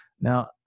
Now